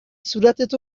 صورتت